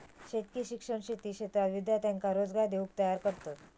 शेतकी शिक्षण शेती क्षेत्रात विद्यार्थ्यांका रोजगार देऊक तयार करतत